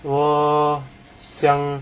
我想